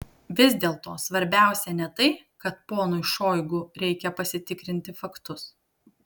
vis dėlto svarbiausia ne tai kad ponui šoigu reikia pasitikrinti faktus